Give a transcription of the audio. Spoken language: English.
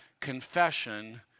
confession